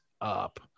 up